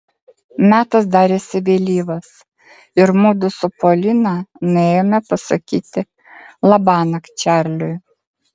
metas darėsi vėlyvas ir mudu su polina nuėjome pasakyti labanakt čarliui